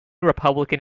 republican